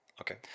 okay